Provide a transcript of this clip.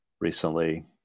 recently